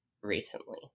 recently